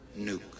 Nuke